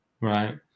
Right